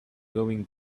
going